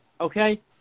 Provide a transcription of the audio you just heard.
okay